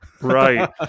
right